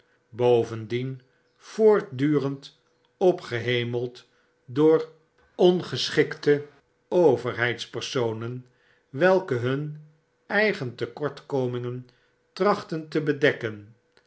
bovendien voortdurend opgehemeld door ongeschikte overheidspersonen welkehun eigen tekortkomingen trachtten te bedekken